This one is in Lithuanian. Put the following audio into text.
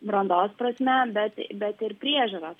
brandos prasme bet bet ir priežiūros